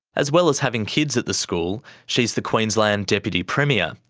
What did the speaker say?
as well as having kids at the school, she's the queensland deputy premier,